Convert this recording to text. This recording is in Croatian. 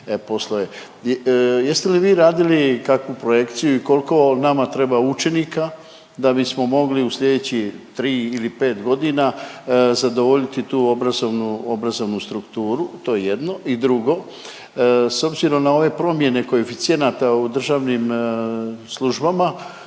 Jeste li vi radili kakvu projekciju i kolko nama treba učenika da bismo mogli u slijedećih 3 ili 5.g. zadovoljiti tu obrazovnu, obrazovnu strukturu, to je jedno. I drugo, s obzirom na ove promjene koeficijenata u državnim službama,